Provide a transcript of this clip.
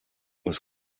was